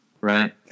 Right